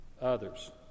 others